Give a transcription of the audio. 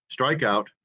strikeout